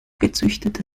gezüchtete